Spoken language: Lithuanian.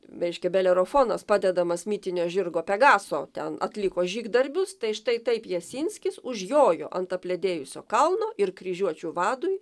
reiškia belerofonas padedamas mitinio žirgo pegaso ten atliko žygdarbius tai štai taip jasinskis užjojo ant apledėjusio kalno ir kryžiuočių vadui